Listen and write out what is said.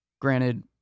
Granted